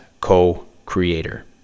co-creator